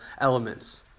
elements